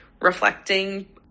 reflecting